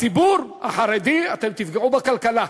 בציבור החרדי, אתם תפגעו בכלכלה.